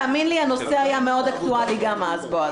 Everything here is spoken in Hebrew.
תאמין לי, הנושא היה מאוד אקטואלי גם אז, בועז.